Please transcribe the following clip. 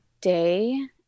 day